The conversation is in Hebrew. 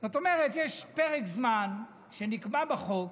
זאת אומרת, יש פרק זמן שנקבע בחוק,